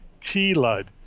T-LUD